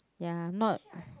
ya not